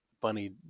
bunny